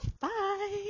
Bye